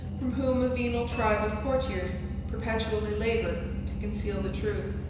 from whom a venal tribe of courtiers perpetually labor to conceal the truth.